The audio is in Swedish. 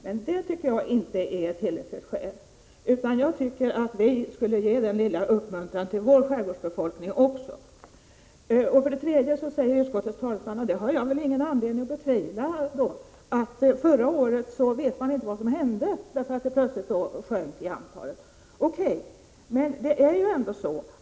Men det tycker jag inte är ett tillräckligt skäl, utan jag tycker att vi skulle ge denna lilla uppmuntran till vår skärgårdsbefolkning. Vidare säger utskottets talesman att — och det har jag väl ingen anledning att betvivla — man inte vet vad som hände förra året, för då sjönk antalet ejdrar plötsligt. O. K.